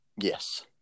Yes